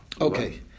okay